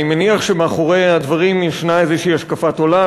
אני מניח שמאחורי הדברים ישנה איזושהי השקפת עולם,